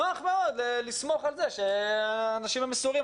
נוח מאוד לסמוך על זה שהאנשים המסורים,